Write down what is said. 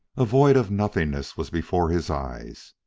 a void of nothingness was before his eyes.